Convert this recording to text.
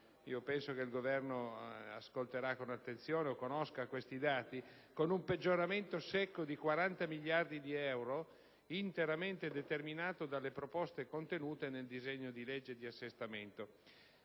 penso che il Governo ascolterà con attenzione e conosca questi dati - di 40 miliardi di euro, interamente determinato dalle proposte contenute nel disegno di legge di assestamento.